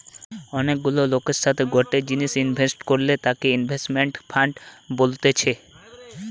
অনেক গুলা লোকের সাথে গটে জিনিসে ইনভেস্ট করলে তাকে ইনভেস্টমেন্ট ফান্ড বলতেছে